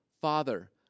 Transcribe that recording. Father